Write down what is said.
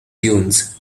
dunes